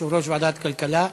יושב-ראש ועדת הכלכלה.